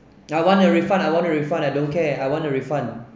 I want a refund I want a refund I don't care I want a refund